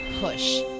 push